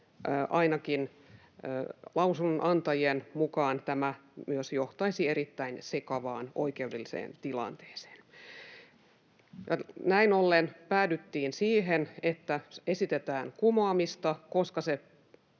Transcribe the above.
ainakin lausunnonantajien mukaan tämä johtaisi erittäin sekavaan oikeudelliseen tilanteeseen. Näin ollen päädyttiin siihen, että esitetään kumoamista, koska se